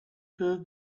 who